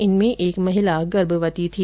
इनमें एक महिला गर्भवती थी